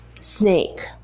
snake